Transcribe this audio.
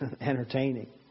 entertaining